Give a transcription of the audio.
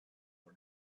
for